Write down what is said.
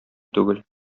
түгел